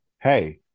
hey